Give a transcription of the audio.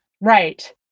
Right